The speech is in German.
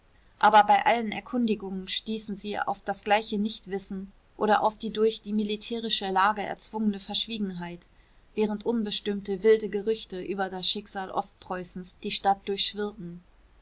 aber bei allen erkundigungen stießen sie auf das gleiche nichtwissen oder auf die durch die militärische lage erzwungene verschwiegenheit während unbestimmte wilde gerüchte über das schicksal ostpreußens die stadt durchschwirrten